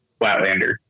Flatlander